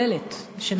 יש תוכנית כוללת שנעשתה,